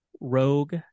rogue